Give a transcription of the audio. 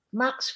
max